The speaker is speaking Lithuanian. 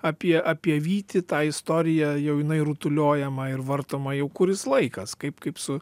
apie apie vytį tą istoriją jau jinai rutuliojama ir vartoma jau kuris laikas kaip kaip su